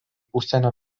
užsienio